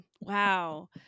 wow